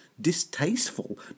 distasteful